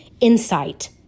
insight